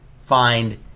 find